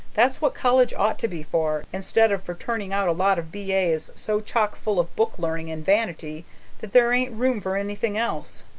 that's what college ought to be for, instead of for turning out a lot of b a s, so chock full of book-learning and vanity that there ain't room for anything else.